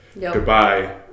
Goodbye